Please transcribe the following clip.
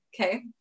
okay